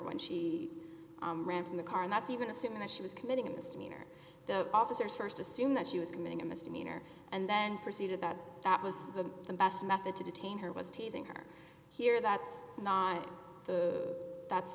when she ran from the car and that's even assuming that she was committing a misdemeanor the officers st assume that she was committing a misdemeanor and then proceeded that that was the the best method to detain her was teasing her here that's not the that's